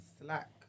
slack